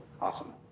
Awesome